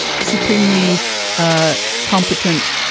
supremely ah competent